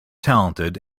talented